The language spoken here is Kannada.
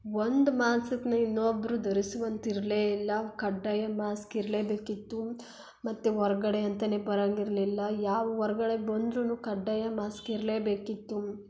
ಒಂದು ಮಾಸಕನ್ನ ಇನ್ನೊಬ್ಬರು ಧರಿಸುವಂತೆ ಇರಲೇ ಇಲ್ಲ ಕಡ್ಡಾಯ ಮಾಸ್ಕ್ ಇರಲೇ ಬೇಕಿತ್ತು ಮತ್ತು ಹೊರ್ಗಡೆ ಅಂತಲೇ ಬರಂಗೆ ಇರಲಿಲ್ಲ ಯಾವ ಹೊರ್ಗಡೆ ಬಂದ್ರೂ ಕಡ್ಡಾಯ ಮಾಸ್ಕ್ ಇರಲೇ ಬೇಕಿತ್ತು